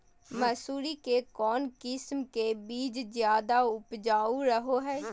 मसूरी के कौन किस्म के बीच ज्यादा उपजाऊ रहो हय?